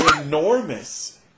enormous